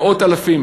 מאות-אלפים